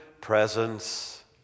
presence